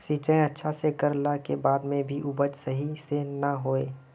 सिंचाई अच्छा से कर ला के बाद में भी उपज सही से ना होय?